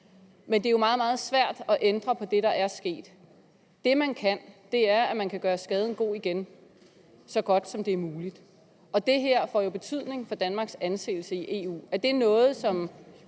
Men det er jo meget, meget svært at ændre på det, der er sket. Det, man kan gøre, er, at man kan gøre skaden god igen, så godt, som det er muligt. Det her får jo betydning for Danmarks anseelse i EU. Er det noget, som